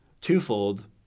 twofold